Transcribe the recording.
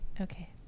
okay